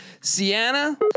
Sienna